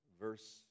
verse